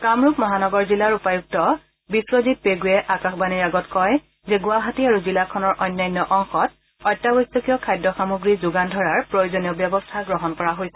কামৰূপ মহানগৰ জিলাৰ উপায়ুক্ত বিশ্বজিৎ পেণ্ডৱে আকাশবাণীৰ আগত কয় যে গুৱাহাটী আৰু জিলাখনৰ অন্যান্য অংশত অত্যাৱশ্যকীয় খাদ্য সামগ্ৰী যোগান ধৰাৰ প্ৰয়োজনীয় ব্যৱস্থা গ্ৰহণ কৰা হৈছে